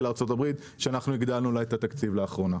לארצות הברית שהגדלנו לה את התקציב לאחרונה.